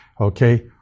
Okay